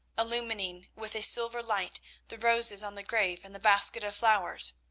illumining with a silver light the roses on the grave and the basket of flowers.